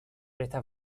estas